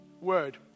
word